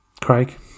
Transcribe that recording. craig